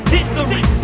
History